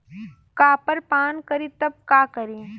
Copper पान करी तब का करी?